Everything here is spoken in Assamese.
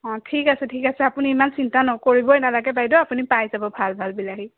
অঁ ঠিক আছে ঠিক আছে আপুনি ইমান চিন্তা নকৰিবই নালাগে বাইদেউ আপুনি পাই যাব ভাল ভাল বিলাহী